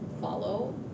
follow